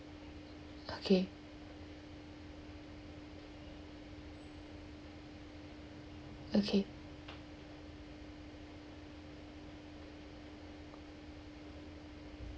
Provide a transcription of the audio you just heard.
okay okay